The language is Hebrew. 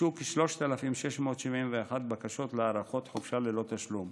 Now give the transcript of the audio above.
הוגשו כ-3,671 בקשות להארכות חופשה ללא תשלום.